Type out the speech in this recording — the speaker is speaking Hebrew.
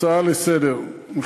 ההצעה לסדר-היום,